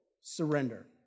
surrender